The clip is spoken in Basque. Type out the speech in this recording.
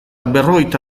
berrogeita